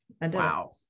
wow